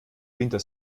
winter